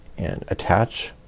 and attach